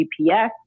GPS